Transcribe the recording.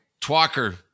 twalker